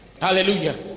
Hallelujah